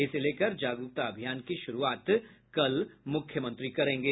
इसको लेकर जागरूकता अभियान की शुरूआत कल मुख्यमंत्री करेंगे